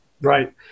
Right